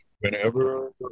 whenever